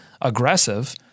aggressive